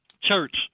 church